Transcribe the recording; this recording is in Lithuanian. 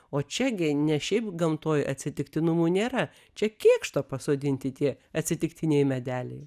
o čia gi ne šiaip gamtoje atsitiktinumų nėra čia kėkšto pasodinti tie atsitiktiniai medeliai